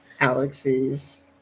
Alex's